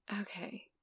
Okay